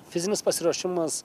fizinis pasiruošimas